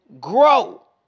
grow